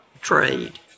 trade